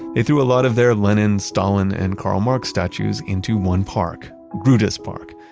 they threw a lot of their lenin, stalin, and karl marx statues into one park, grutus park,